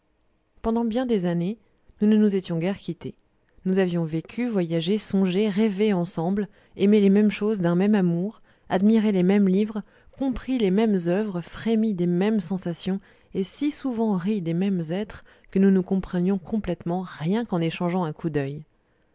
pendant bien des années nous ne nous étions guère quittés nous avions vécu voyagé songé rêvé ensemble aimé les mêmes choses d'un même amour admiré les mêmes livres compris les mêmes oeuvres frémi des mêmes sensations et si souvent ri des mêmes êtres que nous nous comprenions complètement rien qu'en échangeant un coup d'oeil